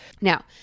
Now